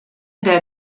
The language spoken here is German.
der